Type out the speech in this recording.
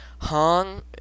Hong